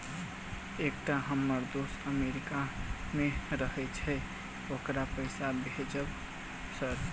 एकटा हम्मर दोस्त अमेरिका मे रहैय छै ओकरा पैसा भेजब सर?